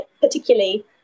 particularly